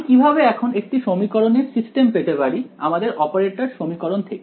আমি কিভাবে এখন একটি সমীকরণের সিস্টেম পেতে পারি আমাদের অপারেটর সমীকরণ থেকে